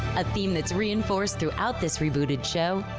a theme that's reinforced throughout this rebooted show.